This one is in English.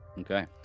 okay